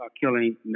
killing